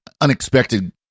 unexpected